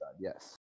yes